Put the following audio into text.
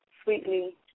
Sweetly